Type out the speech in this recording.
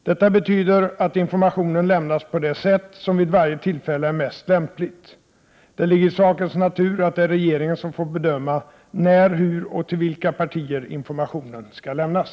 Detta betyder att informationen lämnas på det sätt som vid varje tillfälle är mest lämpligt. Det ligger i sakens natur att det är regeringen som får bedöma när, hur och till vilka partier informationen skall lämnas.